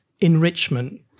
enrichment